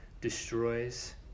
destroys